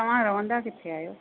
तव्हां रहंदा किथे आहियो